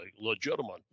legitimate